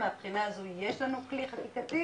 אז מהבחינה הזו יש לנו כלי חקיקתי,